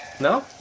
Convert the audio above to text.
No